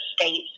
states